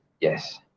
Yes